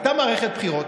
הייתה מערכת בחירות,